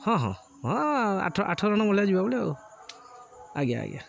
ହଁ ହଁ ହଁ ଆଠ ଆଠ ଜଣ ଭଳିଆ ଯିବା ଗୋଟେ ଆଉ ଆଜ୍ଞା ଆଜ୍ଞା